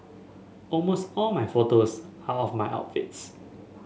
almost all my photos are of my outfits